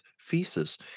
feces